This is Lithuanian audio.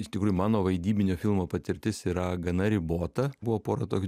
iš tikrųjų mano vaidybinio filmo patirtis yra gana ribota buvo pora tokių